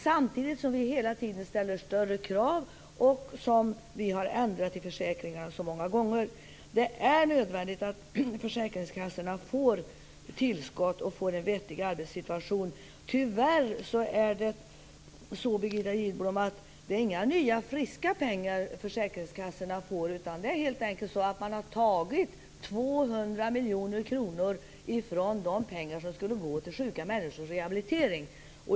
Samtidigt ställer vi hela tiden större krav, eftersom vi har ändrat i försäkringarna så många gånger. Det är nödvändigt att försäkringskassorna får tillskott och en vettig arbetssituation. Tyvärr är det inte några nya friska pengar som försäkringskassorna får. Man har helt enkelt tagit 200 miljoner kronor från de pengar som skulle gå till sjuka människors rehabilitering.